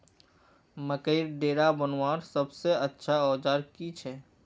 मकईर डेरा बनवार सबसे अच्छा औजार की छे?